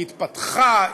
היא התפתחה,